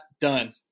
Done